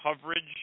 coverage